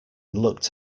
looked